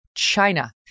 China